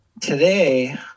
today